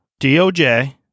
DOJ